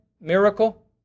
miracle